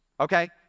okay